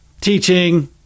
teaching